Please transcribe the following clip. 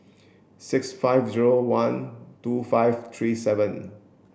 six five zero one two five three seven